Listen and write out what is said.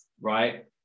right